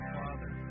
father